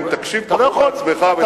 אם תקשיב פחות לעצמך ותקשיב יותר לי,